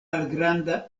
malgranda